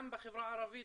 גם בחברה הערבית,